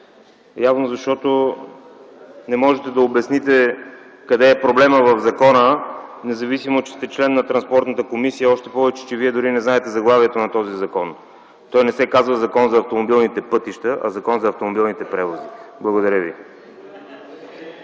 явно, защото не можете да обясните къде е проблемът в закона, независимо че сте член на Транспортната комисия, още повече че Вие дори не знаете заглавието на този закон. Той не се казва Закон за автомобилните пътища, а Закон за автомобилните превози. Благодаря Ви.